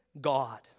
God